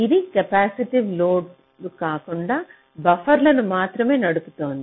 ఇది కెపాసిటివ్ లోడ్లు కాకుండా బఫర్లను మాత్రమే నడుపుతోంది